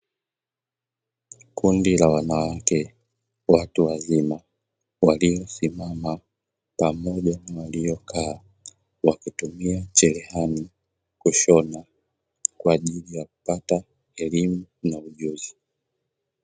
Kundi la wanawake watu wazima waliosimama pamoja na waliokaa wakitumia cherehani kushona, kwa ajili ya kupata elimu na ujuzi.